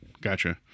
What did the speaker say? Gotcha